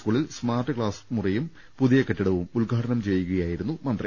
സ്കൂളിൽ smart class മുറിയും പുതിയ കെട്ടിടവും ഉദ്ഘാടനം ചെയ്യുകയായിരുന്നു മന്ത്രി